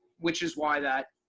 which is why that